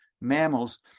mammals